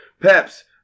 Peps